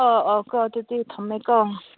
ꯑꯥ ꯑꯥ ꯀꯣ ꯑꯗꯨꯗꯤ ꯊꯝꯃꯦꯀꯣ